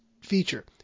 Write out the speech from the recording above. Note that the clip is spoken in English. feature